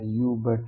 u है